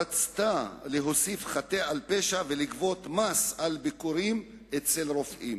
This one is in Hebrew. רצתה להוסיף חטא על פשע ולגבות מס על ביקורים אצל רופאים,